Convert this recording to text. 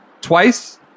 twice